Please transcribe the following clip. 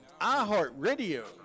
iHeartRadio